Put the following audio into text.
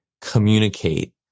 communicate